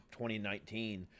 2019